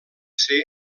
ser